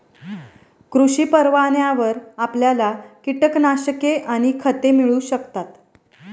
कृषी परवान्यावर आपल्याला कीटकनाशके आणि खते मिळू शकतात